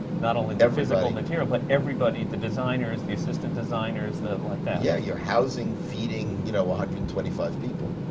not only the physical material, but everybody, the designers, the assistant designers, like that. yeah. you're housing, feeding, you know, a hundred and twenty-five people.